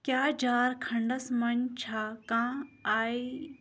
کیٛاہ جھارکھنٛڈس منٛز چھا کانٛہہ آے